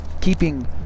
keeping